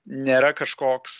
nėra kažkoks